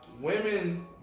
women